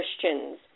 Christians